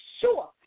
sure